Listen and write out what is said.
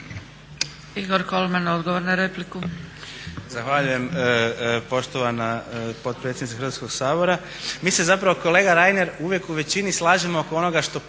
Igor Kolman odgovor na repliku.